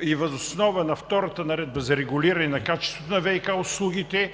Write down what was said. И въз основа на втората наредба за регулиране на качеството на ВиК услугите